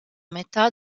metà